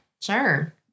Sure